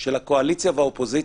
של הקואליציה והאופוזיציה.